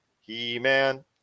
He-Man